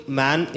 man